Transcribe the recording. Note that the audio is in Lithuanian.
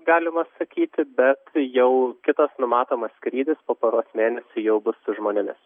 galima sakyti bet jau kitas numatomas skrydis po poros mėnesių jau bus su žmonėmis